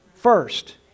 first